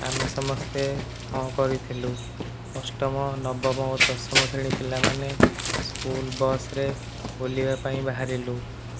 ଆମେ ସମସ୍ତେ ହଁ କରିଥିଲୁ ଅଷ୍ଟମ ନବମ ଓ ଦଶମ ଶ୍ରେଣୀ ପିଲାମାନେ ସ୍କୁଲ୍ ବସ୍ରେ ବୁଲିବା ପାଇଁ ବାହାରିଲୁ